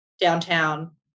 downtown